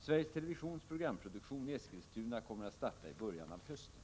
Sveriges Televisions programproduktion i Eskilstuna kommer att starta i början av hösten.